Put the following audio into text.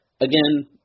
again